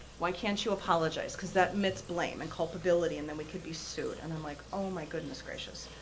why can't you apologize? cause that admits blame and culpability, and then we could be sued. and i'm like, oh my goodness gracious.